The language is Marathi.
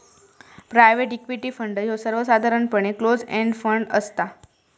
प्रायव्हेट इक्विटी फंड ह्यो सर्वसाधारणपणे क्लोज एंड फंड असता